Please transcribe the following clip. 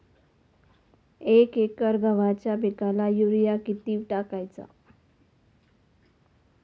एक एकर गव्हाच्या पिकाला युरिया किती टाकायचा?